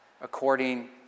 according